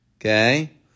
Okay